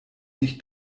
nicht